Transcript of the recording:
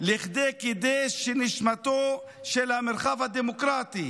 שבו שנשמתו של המרחב הדמוקרטי